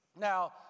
Now